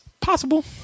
possible